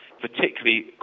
particularly